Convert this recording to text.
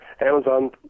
Amazon